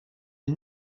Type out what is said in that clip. est